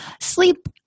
Sleep